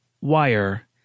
wire